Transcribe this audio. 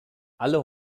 alle